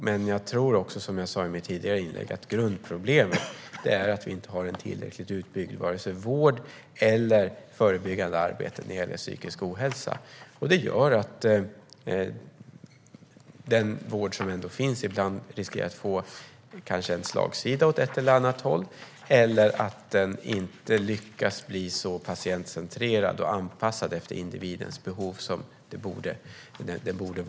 Men jag tror också, som jag sa i mitt tidigare inlägg, att grundproblemet är att vi inte har en tillräckligt utbyggd vård eller ett tillräckligt utbyggt förebyggande arbete när det gäller psykisk ohälsa. Det gör att den vård som ändå finns riskerar att få en slagsida åt ett eller annat håll eller att den inte blir så patientcentrerad och anpassad efter individens behov som den borde vara.